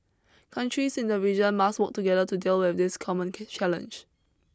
countries in the region must work together to deal with this common challenge